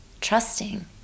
Trusting